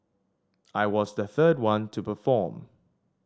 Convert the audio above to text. I was the third one to perform